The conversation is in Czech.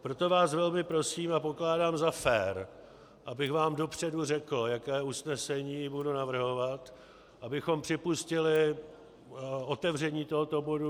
Proto vás velmi prosím a pokládám za fér, abych vám dopředu řekl, jaké usnesení budu navrhovat, abychom připustili otevření tohoto bodu.